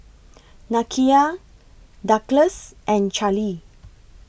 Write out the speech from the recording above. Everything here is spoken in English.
Nakia Douglas and Charlee